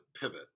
pivot